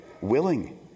willing